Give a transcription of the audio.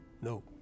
no